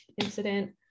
incident